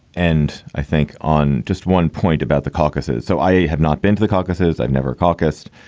and i think on just one point about the caucuses. so i have not been to the caucuses. i've never caucused.